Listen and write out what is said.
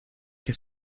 que